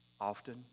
often